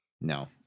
no